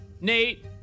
Nate